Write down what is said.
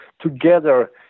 together